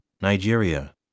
Nigeria